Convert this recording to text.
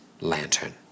Lantern